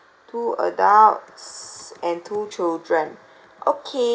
two adults and two children okay